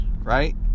right